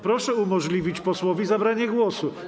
Proszę umożliwić posłowi zabranie głosu.